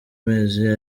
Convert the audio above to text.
mezi